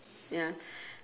ya